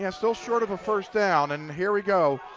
and still short of a first down and here we go.